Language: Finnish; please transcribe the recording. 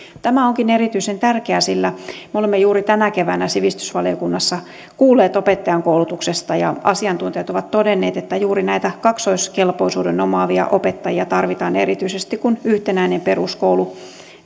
tämä onkin erityisen tärkeää sillä me olemme juuri tänä keväänä sivistysvaliokunnassa kuulleet opettajankoulutuksesta ja asiantuntijat ovat todenneet että juuri näitä kaksoiskelpoisuuden omaavia opettajia tarvitaan erityisesti kun yhtenäinen peruskoulu